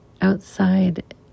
outside